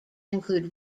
include